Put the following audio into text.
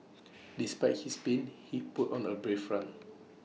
despite his pain he put on A brave front